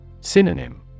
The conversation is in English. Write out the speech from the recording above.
Synonym